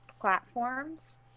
platforms